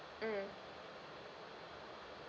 mm